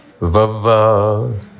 Vava